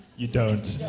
you don't.